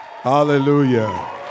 Hallelujah